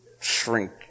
shrink